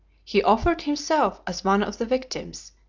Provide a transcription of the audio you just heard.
he offered himself as one of the victims,